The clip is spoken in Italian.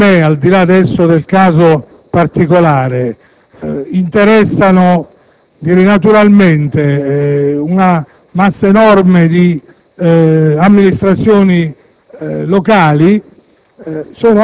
secondo me, al di là del caso particolare, interessano, naturalmente, una massa enorme di amministrazioni locali,